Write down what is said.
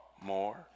more